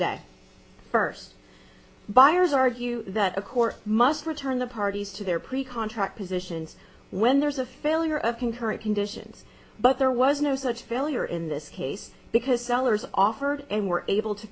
that first buyers argue that a court must return the parties to their pre contract positions when there's a failure of concurrent conditions but there was no such failure in this case because sellers offered and were able to